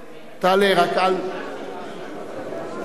בכל זאת.